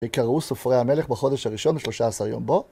וקראו סופרי המלך בחודש הראשון ושלושה עשר יום בו